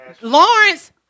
Lawrence